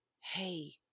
hey